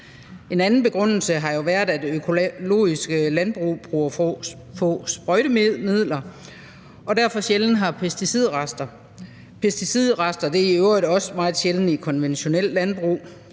En anden begrundelse har været, at økologiske landbrug bruger få sprøjtemidler og derfor sjældent har pesticidrester. Pesticidrester er i øvrigt også meget sjældne i konventionelt landbrug,